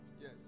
yes